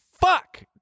Fuck